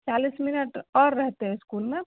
चालिस मिनट आओर रहतै इसकुलमे